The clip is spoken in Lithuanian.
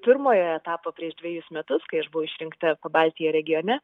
pirmojo etapo prieš dvejus metus kai aš buvau išrinkta baltijo regione